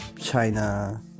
China